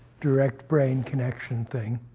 direct brain connection thing.